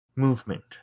Movement